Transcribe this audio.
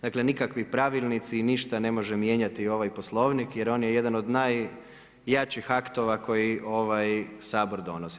Dakle, nikakvi pravilnici i ništa ne može mijenjati ovaj Poslovnik jer on je jedan od najjačih aktova koji ovaj Sabor donosi.